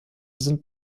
sind